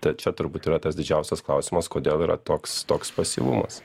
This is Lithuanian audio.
tai čia turbūt yra tas didžiausias klausimas kodėl yra toks toks pasyvumas